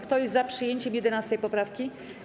Kto jest za przyjęciem 11. poprawki?